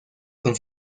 con